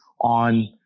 on